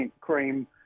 cream